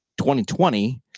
2020